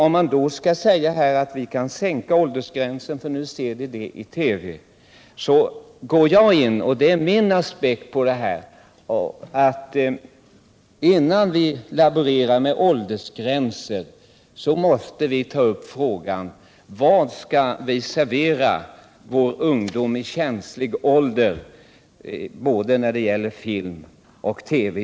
Menar vi nu att åldersgränsen bör sänkas, eftersom filmerna visas i TV vill jag säga att min aspekt är följande. Innan vi laborerar med åldersgränser, måste vi ta upp frågan om vad vi skall ge vår ungdom i fråga om både film och TV.